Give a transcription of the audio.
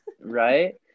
Right